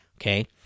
okay